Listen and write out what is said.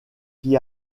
qui